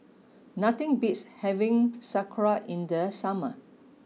nothing beats having Sauerkraut in the summer